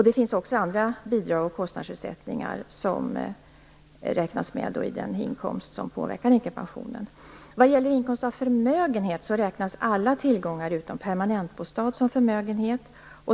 Det finns också andra bidrag och kostnadsersättningar som räknas med i den inkomst som påverkar änkepensionen. Vad gäller inkomst av förmögenhet räknas alla tillgångar utom permanentbostad som förmögenhet.